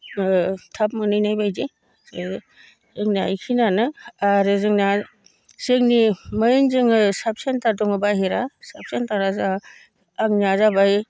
ओ थाब मोनहैनाय बायदि जे जोंनिया इखिनियानो आरो जोंनिया जोंनि मेन जोङो साब सेन्टार दङ बाहिरा साब सेन्टारा जाहा आंनिया जाबाय